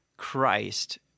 Christ